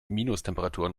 minustemperaturen